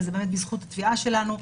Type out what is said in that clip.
וזה בזכות התביעה שלנו,